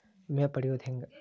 ವಿಮೆ ಪಡಿಯೋದ ಹೆಂಗ್?